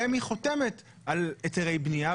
רמ"י חותמת על היתרי בנייה,